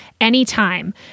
anytime